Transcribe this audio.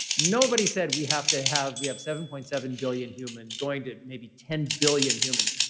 nobody said we have to have. we have seven point seven billion humans going to maybe ten billion humans.